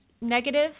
negative